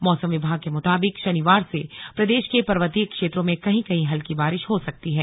मौसम विभाग के मुताबिक शनिवार से प्रदेश के पर्वतीय क्षेत्रों में कहीं कहीं हल्की बारिश हो सकती है